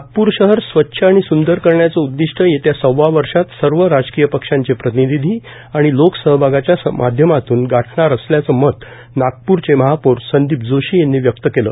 नागपूर शहर स्वच्छ आणि स्वंदर करण्याचं उद्दिष्ट येत्या सक्रा वर्षात सर्व राजकीय पक्षांचे प्रतिनियी आणि लोकसहभागाच्या माध्यमातून गाठणार असल्याचं मत नागपूरचे महापौर संदीप जोशी यांनी स्मक्त केलं